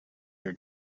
your